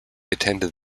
attended